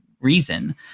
reason